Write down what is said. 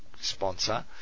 sponsor